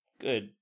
good